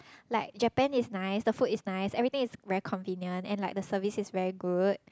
like Japan is nice the food is nice everything is very convenient and like the service is very good